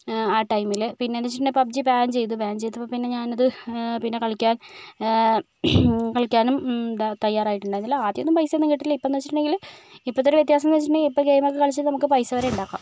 ആ ടൈമില് പിന്നെ എന്ന് വെച്ചിട്ടുണ്ടെങ്കില് പബ്ജി ബാൻ ചെയ്തു ബാൻ ചെയ്തപ്പോൾ പിന്നെ ഞാൻ അത് പിന്നെ കളിയ്ക്കാൻ കളിയ്ക്കാനും തയ്യാറായിട്ടുണ്ടായിരുന്നില്ല ആദ്യം ഒന്നും പൈസ ഒന്നും കിട്ടിയില്ല ഇപ്പം എന്ന് വെച്ചിട്ടുണ്ടെങ്കില് ഇപ്പളത്തെ ഒരു വ്യത്യാസം എന്ന് വെച്ചിട്ടുണ്ടെങ്കില് ഇപ്പം ഗെയിം ഒക്കെ കളിച്ച് നമുക്ക് പൈസ വരെ ഉണ്ടാക്കാം